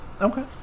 Okay